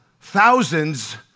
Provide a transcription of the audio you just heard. thousands